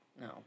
No